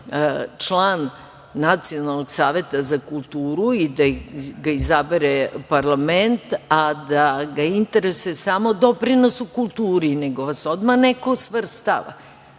član Nacionalnog saveta za kulturu i da ga izabere parlament, a da ga interesuje samo doprinos u kulturi, nego vas odmah neko svrstava.